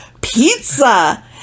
pizza